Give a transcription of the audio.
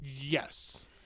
Yes